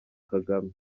kagame